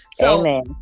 Amen